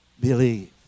believe